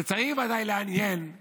זה צריך בוודאי לעניין את